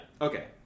Okay